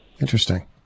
Interesting